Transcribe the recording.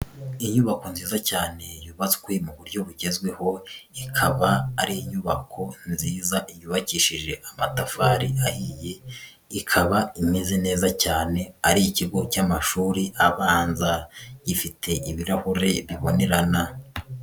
Inyubako nziza cyane yubatswe mu buryo bugezweho, ikaba ari inyubako nziza yubakishije amatafari ayiye, ikaba imeze neza cyane, ari ikigo cy'amashuri abanza. Gifite ibirahure bibonerana.